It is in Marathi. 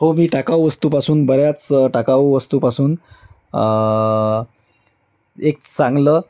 हो मी टाकाऊ वस्तूपासून बऱ्याच टाकाऊ वस्तूपासून एक चांगलं